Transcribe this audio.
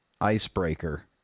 icebreaker